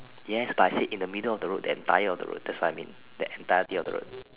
yes but I said in the middle of the road the entire of the road that's what I mean that entirety of the road